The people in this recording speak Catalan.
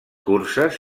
curses